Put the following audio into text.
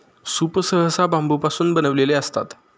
soup सहसा बांबूपासून बनविलेले असते